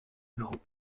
bureau